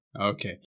okay